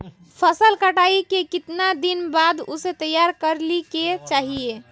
फसल कटाई के कीतना दिन बाद उसे तैयार कर ली के चाहिए?